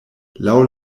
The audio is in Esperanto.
laŭ